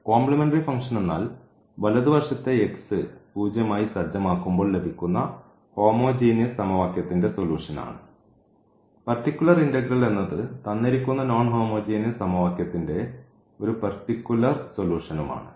complementary function എന്നാൽ വലതുവശത്തെ 0 ആയി സജ്ജമാക്കുമ്പോൾ ലഭിക്കുന്ന ഹോമോജീനിയസ് സമവാക്യത്തിന്റെ സൊലൂഷൻ ആണ് പർട്ടിക്കുലർ ഇന്റഗ്രൽ എന്നത് തന്നിരിക്കുന്ന നോൺ ഹോമോജീനിയസ് സമവാക്യത്തിന്റെ ഒരു പർട്ടിക്കുലർ സൊലൂഷനും ആണ്